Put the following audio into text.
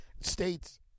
states